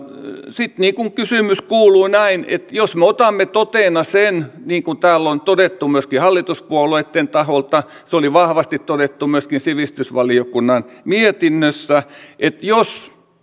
sitten kysymys kuuluu näin että jos me otamme totena sen niin kuin täällä on todettu myöskin hallituspuolueitten taholta se oli vahvasti todettu myöskin sivistysvaliokunnan mietinnössä että jos